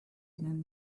than